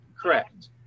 Correct